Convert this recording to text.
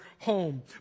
home